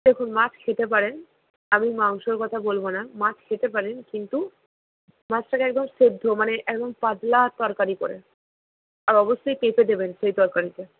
দেখুন মাছ খেতে পারেন আমি মাংসর কথা বলব না মাছ খেতে পারেন কিন্তু মাছটাকে একদম সেদ্ধ মানে একদম পাতলা তরকারি করে আর অবশ্যই পেঁপে দেবেন সেই তরকারিতে